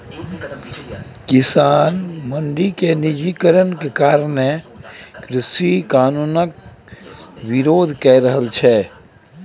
किसान मंडी केर निजीकरण कारणें कृषि कानुनक बिरोध कए रहल छै